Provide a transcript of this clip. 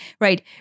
right